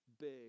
big